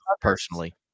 personally